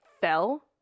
fell